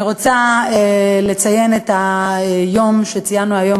אני רוצה לציין את היום שציינו היום,